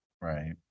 right